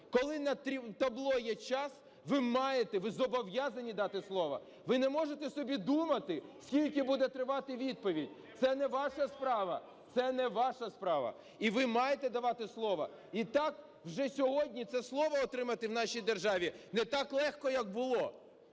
коли на табло є час, ви маєте, ви зобов'язані дати слово. Ви не можете собі думати, скільки буде тривати відповідь, це не ваша справа, це не ваша справа. І ви маєте давати слово. І так вже сьогодні це слово отримати в нашій державі не так легко, як було.